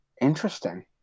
Interesting